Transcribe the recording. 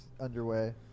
underway